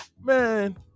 man